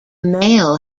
male